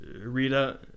rita